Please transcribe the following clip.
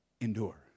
Endure